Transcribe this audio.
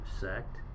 sect